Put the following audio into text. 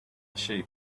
sheep